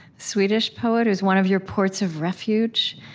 swedish poet who's one of your ports of refuge.